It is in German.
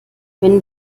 wenn